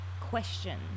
Question